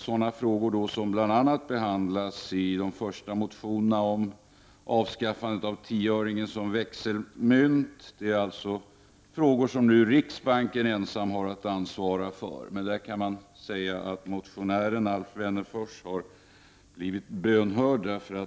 Sådana frågor som bl.a. behandlas i de första motionerna, om avskaffandet av tioöringen som växelmynt, är alltså frågor som riksbanken ensam nu har att ansvara för. Där kan man säga att motionären Alf Wennerfors har blivit bönhörd.